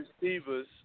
receivers